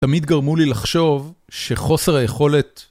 תמיד גרמו לי לחשוב שחוסר היכולת